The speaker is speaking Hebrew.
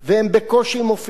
והם בקושי נרשמים אליהם.